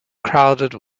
crowded